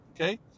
okay